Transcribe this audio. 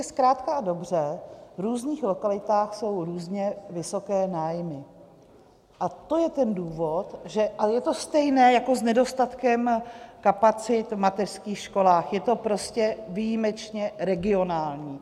Zkrátka a dobře, v různých lokalitách jsou různě vysoké nájmy a to je ten důvod a je to stejné jako s nedostatkem kapacit v mateřských školách, je to prostě výjimečně regionální.